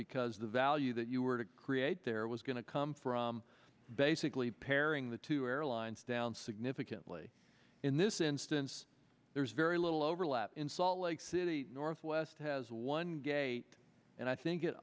because the value that you were to create there was going to come from basically pairing the two airlines down significantly in this instance there's very little overlap in salt lake city northwest has one gate and i think it